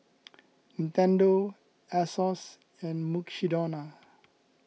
Nintendo Asos and Mukshidonna